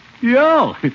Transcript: Yo